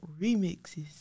remixes